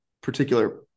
particular